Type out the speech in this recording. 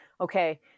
okay